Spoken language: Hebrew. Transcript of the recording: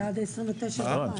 זה עד ה-29 במאי.